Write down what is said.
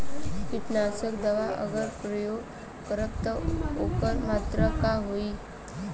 कीटनाशक दवा अगर प्रयोग करब त ओकर मात्रा का होई?